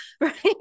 right